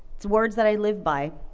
it's words that i live by.